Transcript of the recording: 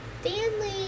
Stanley